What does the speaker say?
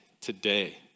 today